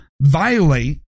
violate